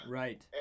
right